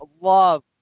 Love